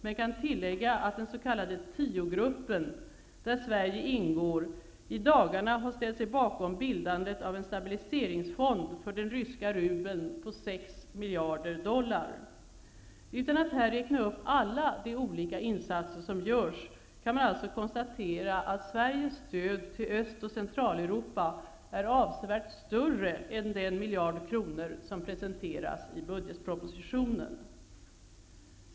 Men jag kan tillägga att den s.k. 10-gruppen, där Sverige ingår, i dagarna har ställt sig bakom bildandet av en stabiliseringsfond för den ryska rubeln på 6 Utan att här räkna upp alla de olika insatser som görs kan man alltså konstatera att Sveriges stöd till Öst och Centraleuropa är avsevärt större än den miljard kronor som presenteras i budgetpropositionen.